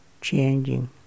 changing